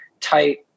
tight